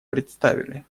представили